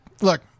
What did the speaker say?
Look